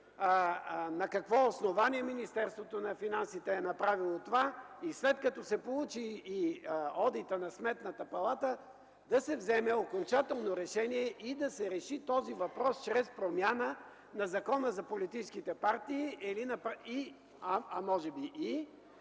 на какво основание Министерството на финансите е направило това?! След като се получи и одита на Сметната палата, да се вземе окончателно решение и да се реши този въпрос чрез промяна на Закона за политическите партии, а може би и